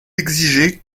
exiger